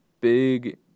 big